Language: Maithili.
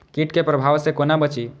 कीट के प्रभाव से कोना बचीं?